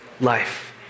life